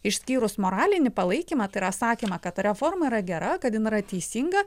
išskyrus moralinį palaikymą tai yra sakymą kad ta reforma yra gera kad jin yra teisinga